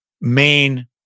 main